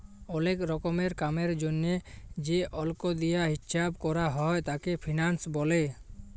ওলেক রকমের কামের জনহে যে অল্ক দিয়া হিচ্চাব ক্যরা হ্যয় তাকে ফিন্যান্স ব্যলে